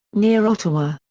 near ottawa.